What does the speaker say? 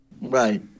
Right